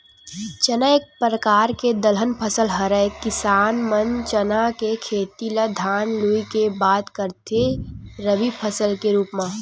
चना एक परकार के दलहन फसल हरय किसान मन चना के खेती ल धान लुए के बाद करथे रबि फसल के रुप म